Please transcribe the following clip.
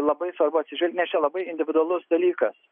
labai svarbu atsižvelgt nes čia labai individualus dalykas